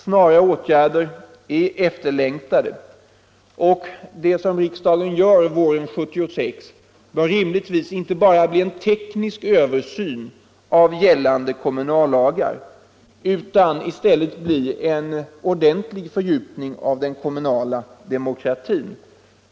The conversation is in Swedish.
Snara åtgärder är efterlängtade, och det som riksdagen gör våren 1976 bör rimligtvis inte bara bli en teknisk översyn av gällande kommunallagar utan i stället en ordentlig fördjupning av den kommunala demokratin.